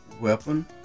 weapon